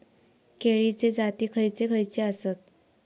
केळीचे जाती खयचे खयचे आसत?